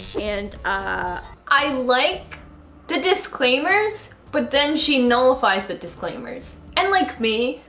and ah i like the disclaimers but then she nullifies the disclaimers and like me.